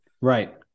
Right